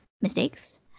mistakes